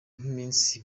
nk’iminsi